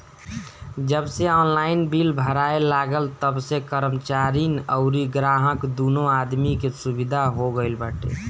जबसे online bill भराए लागल तबसे कर्मचारीन अउरी ग्राहक दूनो आदमी के सुविधा हो गईल बाटे